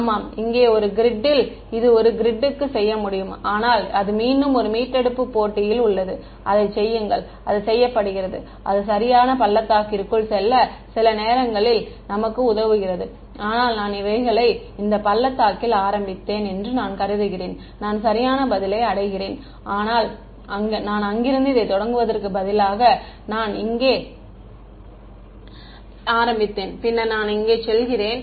ஆமாம் இங்கே ஒரு க்ரிட்டில் இருந்து ஒரு கிரிட்க்கு செய்ய முடியும் ஆனால் அது மீண்டும் ஒரு மீட்டெடுப்பு போட்டியில் உள்ளது அதைச் செய்யுங்கள் அது செய்யப்படுகிறது அது சரியான பள்ளத்தாக்கிற்குள் செல்ல சில நேரங்களில் நமக்கு உதவுகிறது ஆனால் நான் இவைகளை இந்த பள்ளத்தாக்கில் ஆரம்பித்தேன் என்று நான் கருதுகிறேன் நான் சரியான பதிலை அடைகிறேன் ஆனால் நான் அங்கிருந்து இதை தொடங்குவதற்கு பதிலாக நான் இங்கே ஆரம்பித்தேன் பின்னர் நான் இங்கே செல்கிறேன்